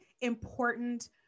important